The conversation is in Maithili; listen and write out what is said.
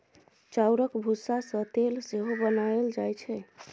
चाउरक भुस्सा सँ तेल सेहो बनाएल जाइ छै